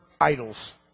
idols